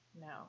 No